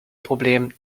problem